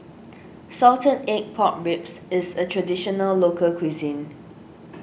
Salted Egg Pork Ribs is a Traditional Local Cuisine